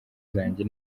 zanjye